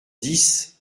dix